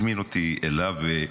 הזמין אותי אליו,